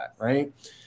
right